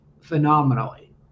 phenomenally